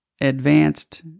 advanced